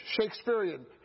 Shakespearean